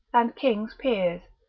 and kings peers,